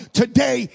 today